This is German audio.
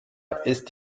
ist